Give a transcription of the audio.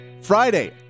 Friday